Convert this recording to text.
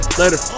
later